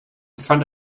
front